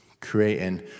creating